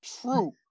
True